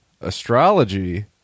astrology